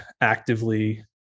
actively